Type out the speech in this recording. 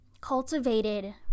cultivated